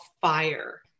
Fire